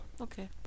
Okay